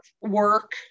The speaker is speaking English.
work